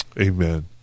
Amen